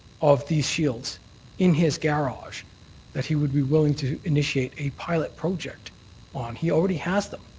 of these shields in his garage that he would be willing to initiate a pilot project on. he already has them.